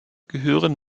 gehören